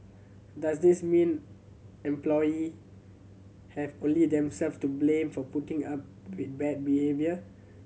does this mean employee have only themselves to blame for putting up with bad behaviour